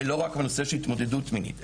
ולא רק בנושא של התמודדות מינית.